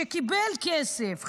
שקיבל כסף,